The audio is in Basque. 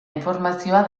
informazioa